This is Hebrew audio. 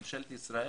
ממשלת ישראל,